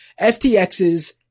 FTX's